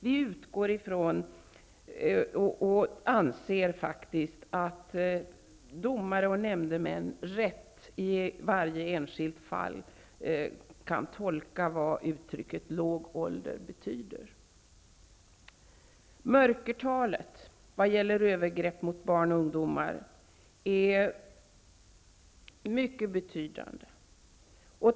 Vi utgår ifrån och anser att domare och nämndemän i varje enskilt fall på ett riktigt sätt kan tolka vad uttrycket låg ålder betyder. Mörkertalet när det gäller övergrepp mot barn och ungdomar är mycket betydande.